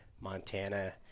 Montana